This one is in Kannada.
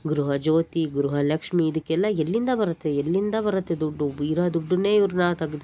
ಗೃಹಜ್ಯೋತಿ ಗೃಹಲಕ್ಷ್ಮಿ ಇದಕ್ಕೆಲ್ಲ ಎಲ್ಲಿಂದ ಬರುತ್ತೆ ಎಲ್ಲಿಂದ ಬರುತ್ತೆ ದುಡ್ಡು ಇರೋ ದುಡ್ಡನ್ನೇ ಇವ್ರನ್ನ ತೆಗ್ದು